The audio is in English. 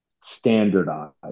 standardized